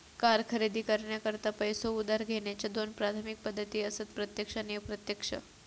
car खरेदी करण्याकरता पैसो उधार घेण्याच्या दोन प्राथमिक पद्धती असत प्रत्यक्ष आणि अप्रत्यक्ष